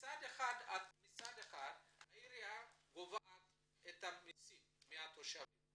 מצד אחד העיריה גובה את המסים מהתושבים